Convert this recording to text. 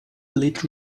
lit